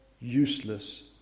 useless